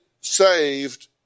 saved